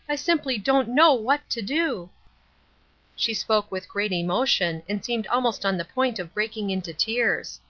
i simply don't know what to do she spoke with great emotion and seemed almost on the point of breaking into tears.